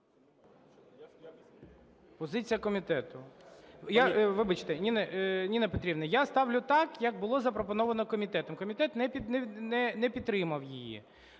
Позиція комітету. Вибачте. Ніна Петрівна, я ставлю так, як було запропоновано комітетом. Комітет не підтримав її.